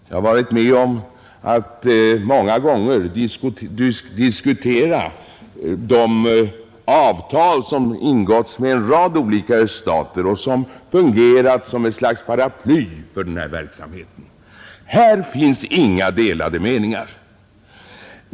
Jag har också många gånger varit med om att diskutera de avtal som ingåtts med en rad öststater och som har fungerat som ett slags paraply för denna verksamhet. Här finns det alltså inga delade meningar.